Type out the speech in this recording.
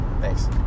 Thanks